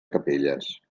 capelles